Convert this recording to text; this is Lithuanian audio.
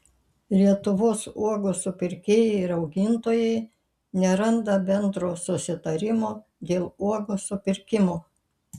lietuvos uogų supirkėjai ir augintojai neranda bendro susitarimo dėl uogų supirkimo